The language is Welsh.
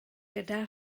gyda